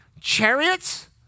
chariots